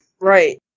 Right